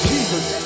Jesus